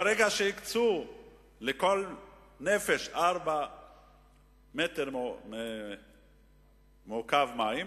ברגע שהקצו לכל נפש 4 מטרים מעוקבים מים,